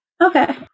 Okay